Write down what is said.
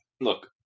Look